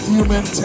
Human